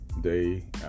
day